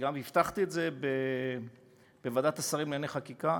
גם הבטחתי את זה בוועדת השרים לענייני חקיקה,